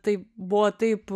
tai buvo taip